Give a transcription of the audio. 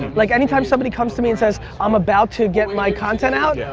like anytime somebody comes to me and says, i'm about to get my content out. yeah